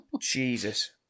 Jesus